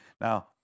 Now